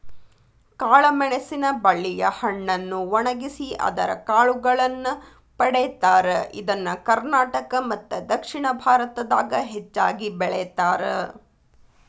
ಕಾಳಮೆಣಸಿನ ಬಳ್ಳಿಯ ಹಣ್ಣನ್ನು ಒಣಗಿಸಿ ಅದರ ಕಾಳುಗಳನ್ನ ಪಡೇತಾರ, ಇದನ್ನ ಕರ್ನಾಟಕ ಮತ್ತದಕ್ಷಿಣ ಭಾರತದಾಗ ಹೆಚ್ಚಾಗಿ ಬೆಳೇತಾರ